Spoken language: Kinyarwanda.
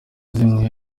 zimwe